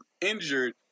injured